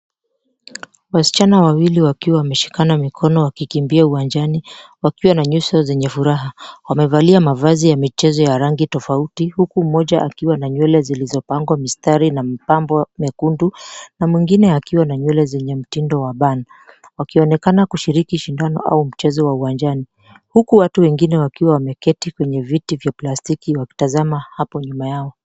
Wasichana wawili wakiwa wameshikana mikono wakikimbia uwanjani wakiwa na nyuso zenye furaha. Wamevalia mavazi ya michezo ya rangi tofauti huku mmoja akiwa na nywele zilizopangwa mistari na mipambo mekundu na mwingine akiwa na nywele zenye mtindo wa bun , wakionekana kushiriki shindano au mchezo wa uwanjani. Huku watu wengine wakiwa wameketi kwenye viti vya plastiki wakitazama hapo nyuma yao.